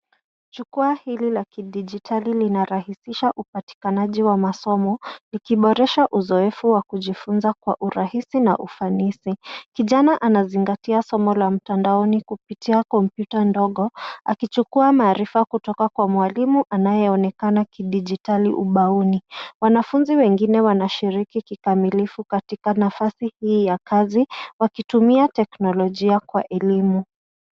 Jukwaa hili la kidijitali linarahisisha upatikanaji wa masomo ikiboresha uzoefu wa kujifunza kwa urahisi na ufanisi. Kijana anazingatia somo la mtandaoni kupitia kompyuta ndogo akichukua maarifa kutoka kwa mwalimu anayeonekana kidijitali ubaoni. Wanafunzi wengine wanashiriki kikamilifu katika nafasi hii ya kazi wakitumia teknolojia kwa elimu.